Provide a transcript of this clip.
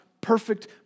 perfect